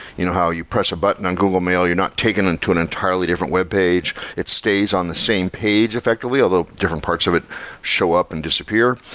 you know how you press a button on google mail, you're not taken into an entirely different webpage. it stays on the same page effectively, although different parts of it show up and disappear.